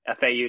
FAU